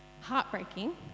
heartbreaking